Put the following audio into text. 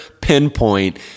pinpoint